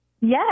Yes